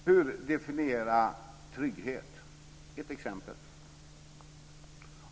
Fru talman! Hur definiera trygghet? Jag tar ett exempel.